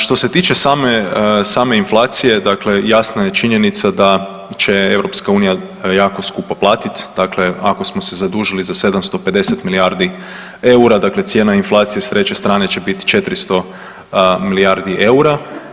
Što se tiče same, same inflacije, dakle jasna je činjenica da će je EU jako skupo platit, dakle ako smo se zadužili za 750 milijardi eura, dakle cijena inflacije s treće strane će bit 400 milijardi eura.